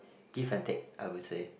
give and take I would say